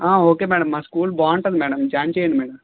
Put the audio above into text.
okay madam మా school బాగుంటుంది madam join చేయండి మేడం